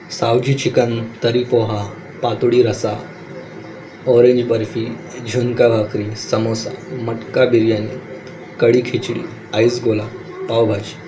Savji chicken तर्री पोहा पातोडी रस्सा ऑरेंज बर्फी झुणका भाकरी समोसा मटका बिर्याणी कढी खिचडी आईस गोला पावभाजी